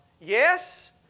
yes